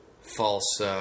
false